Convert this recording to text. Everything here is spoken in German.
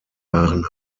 waren